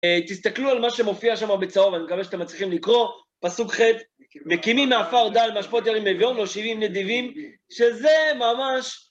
תסתכלו על מה שמופיע שמה בצהוב, אני מקווה שאתם מצליחים לקרוא. פסוק ח': "מקימי מעפר דל, מאשפות ירים אביון, מושיבי עם נדיבים", שזה ממש